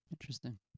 Interesting